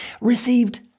received